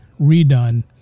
redone